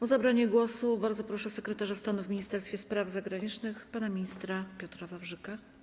O zabranie głosu bardzo proszę sekretarza stanu w Ministerstwie Spraw Zagranicznych pana ministra Piotra Wawrzyka.